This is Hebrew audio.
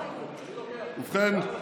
ובכן,